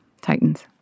Titans